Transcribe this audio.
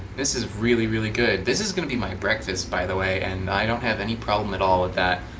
this is really really good. this is going to be my breakfast by the way, and i don't have any problem at all with that.